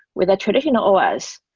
with a traditional os,